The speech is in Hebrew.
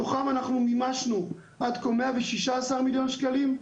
מתוכם אנחנו מימשנו עד כה מאה ושישה עשר מיליון שקלים.